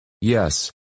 Yes